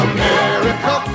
America